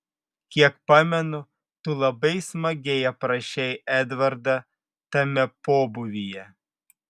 kiek pamenu tu labai smagiai aprašei edvardą tame pobūvyje